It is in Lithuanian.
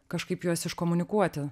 kažkaip juos iškomunikuoti